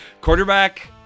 Quarterback